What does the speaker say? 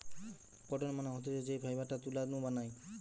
cotton মানে হতিছে যেই ফাইবারটা তুলা নু বানায়